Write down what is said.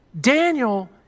Daniel